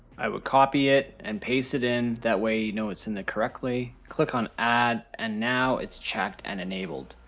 i would copy it and paste it in that way you know it's in there correctly. click on add and now it's checked and enabled.